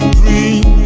dream